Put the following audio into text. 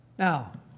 Now